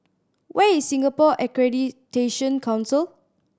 where is Singapore Accreditation Council